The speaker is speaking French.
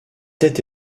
tête